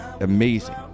amazing